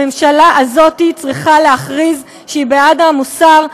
הממשלה הזאת צריכה להכריז שהיא בעד המוסר והערכים,